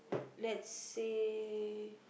let's say